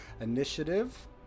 initiative